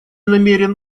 намерен